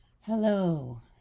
Hello